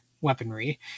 weaponry